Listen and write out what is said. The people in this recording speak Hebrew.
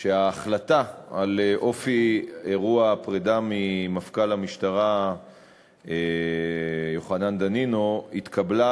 שההחלטה על אופי אירוע הפרידה ממפכ"ל המשטרה יוחנן דנינו התקבלה,